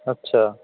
আচ্ছা